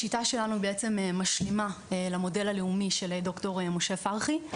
השיטה שלנו בעצם משלימה למודל הלאומי של ד"ר משה פרחי.